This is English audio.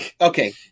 Okay